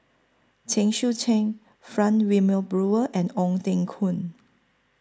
Chen Sucheng Frank Wilmin Brewer and Ong Teng Koon